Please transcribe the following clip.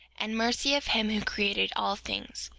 and mercy of him who created all things,